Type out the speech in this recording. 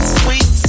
sweet